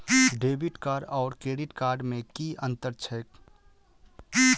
Debit card आओर credit card मे की अन्तर छैक?